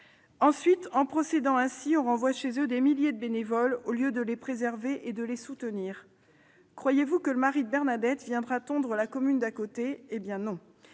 Ensuite, en procédant ainsi, on renvoie chez eux des milliers de bénévoles au lieu de les préserver et de les soutenir. Croyez-vous que le mari de Bernadette viendra tondre la pelouse de la commune d'à